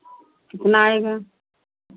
कितना आएगा